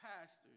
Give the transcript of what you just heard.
pastors